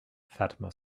fatima